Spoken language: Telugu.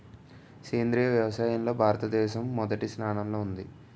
సేంద్రీయ వ్యవసాయంలో భారతదేశం మొదటి స్థానంలో ఉంది